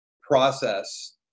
process